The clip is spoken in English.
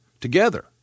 together